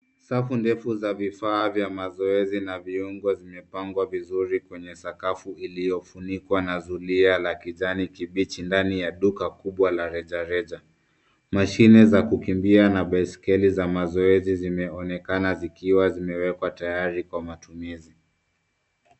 Safu ndefu za vifaa vya mazoezi na viungo zimepangwa vizuri kwenye sakafu iliyofunikwa na zulia la kijani kibichi ndani ya duka kubwa la rejareja. Mashine za kukimbia na baiskeli za mazoezi zimeonekana zikiwa zimewekwa tayari kwa matumizi.